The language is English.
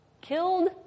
Killed